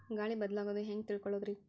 ಗಾಳಿ ಬದಲಾಗೊದು ಹ್ಯಾಂಗ್ ತಿಳ್ಕೋಳೊದ್ರೇ?